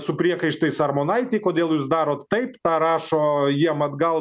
su priekaištais armonaitei kodėl jūs darot taip ta rašo jiem atgal